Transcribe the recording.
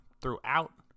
throughout